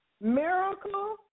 Miracle